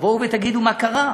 תבואו ותגידו מה קרה,